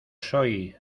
soy